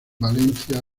valencia